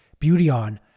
Beautyon